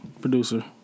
Producer